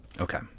Okay